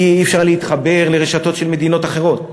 כי אי-אפשר להתחבר לרשתות של מדינות אחרות וכו'